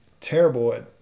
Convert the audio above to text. terrible